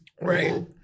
Right